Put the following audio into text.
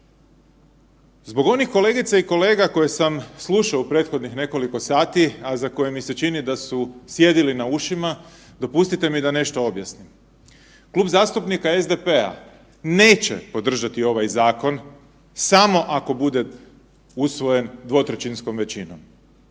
Zbog onih kolegica i kolega koje sam slušao u prethodnih nekoliko sati, a za koje mi se čini da su sjedili na ušima dopustite mi da nešto objasnim. Klub zastupnika SDP-a neće podržati ovaj zakon samo ako bude usvojen dvotrećinskom većinom.